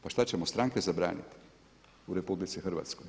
Pa što ćemo stranke zabraniti u RH?